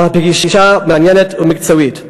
על פגישה מעניינת ומקצועית.